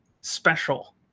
special